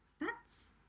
bats